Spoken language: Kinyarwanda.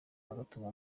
agatuma